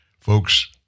folks